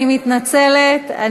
אני מתנצלת.